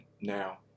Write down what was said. now